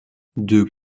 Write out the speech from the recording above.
deux